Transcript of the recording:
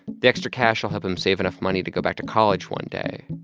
the extra cash will help him save enough money to go back to college one day.